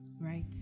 Right